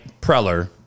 Preller